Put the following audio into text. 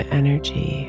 energy